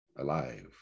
Alive